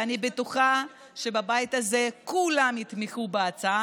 ואני בטוחה שבבית הזה כולם יתמכו בהצעה,